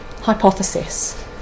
hypothesis